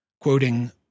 Quoting